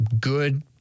good